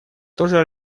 тоже